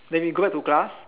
then we go back to class